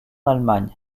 allemagne